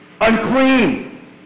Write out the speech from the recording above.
Unclean